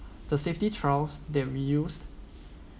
the safety trials that we used